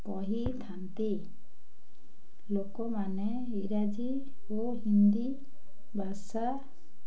କହିଥାନ୍ତି ଲୋକମାନେ ଇଂରାଜୀ ଓ ହିନ୍ଦୀ ଭାଷା